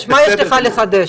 אני רק רוצה בשביל המסגור להגיד,